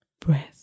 Breath